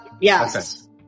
Yes